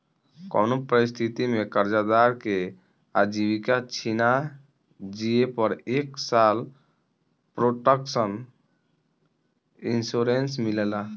कउनो परिस्थिति में कर्जदार के आजीविका छिना जिए पर एक साल प्रोटक्शन इंश्योरेंस मिलेला